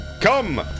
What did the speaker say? Come